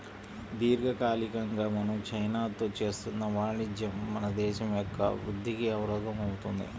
దీర్ఘకాలికంగా మనం చైనాతో చేస్తున్న వాణిజ్యం మన దేశం యొక్క వృద్ధికి అవరోధం అవుతుంది